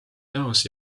nõus